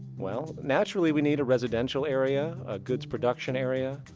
well, naturally we need a residential area, a goods production area,